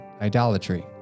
idolatry